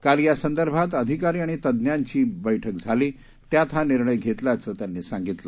काल या संदर्भात अधिकारी आणि तज्ञांची या संदर्भात बैठक झाली त्यात हा निर्णय घेतल्याचं त्यांनी सांगितलं